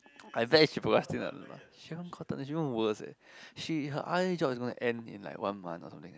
I bet she should procrastinating a lot she won't gotten it even worse eh it she her r_a is going to end in like one month or something like that